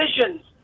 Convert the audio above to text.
decisions